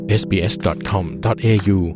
sbs.com.au